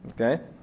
Okay